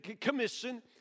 commission